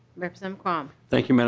representative quam thank you mme. and